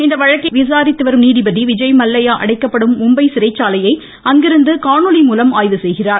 இவ்வழக்கை விசாரித்துவரும் நீதிபதி விஜய் மல்லையா அடைக்கப்படும் மும்பை சிறைச்சாலையை அங்கிருந்து காணொலிமூலம் ஆய்வு செய்கிறார்